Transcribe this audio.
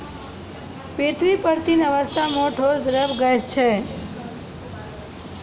पृथ्वी पर तीन अवस्था म ठोस, द्रव्य, गैस छै